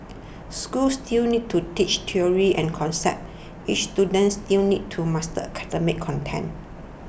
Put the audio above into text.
schools still need to teach theories and concepts and students still need to master academic content